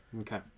okay